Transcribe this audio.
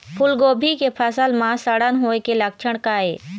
फूलगोभी के फसल म सड़न होय के लक्षण का ये?